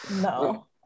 no